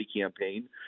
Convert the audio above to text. campaign